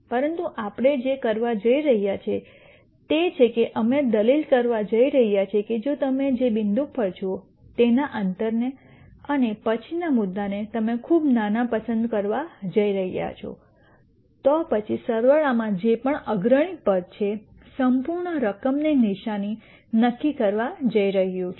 પરંતુ આપણે જે કરવા જઈ રહ્યા છીએ તે છે કે અમે દલીલ કરવા જઈ રહ્યા છીએ કે જો તમે જે બિંદુ પર છો તેના અંતરને અને પછીના મુદ્દાને તમે ખૂબ નાના પસંદ કરવા જઇ રહ્યા છો તો પછી સરવાળા માં જે પણ અગ્રણી પદ છે સંપૂર્ણ રકમની નિશાની નક્કી કરવા જઈ રહ્યું છે